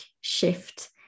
shift